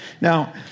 Now